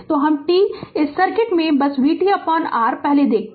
तो हम t इस सर्किट से बस vtr पहले देखा है